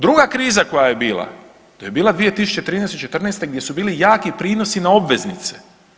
Druga kriza koja je bila to je bila 2013., 2014. gdje su bili jaki prinosi na obveznice.